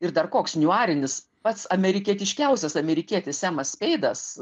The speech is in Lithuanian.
ir dar koks niuarinis pats amerikietiškiausias amerikietis semas speidas